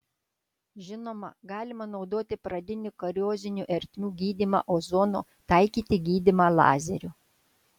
žinoma galima naudoti pradinių kariozinių ertmių gydymą ozonu taikyti gydymą lazeriu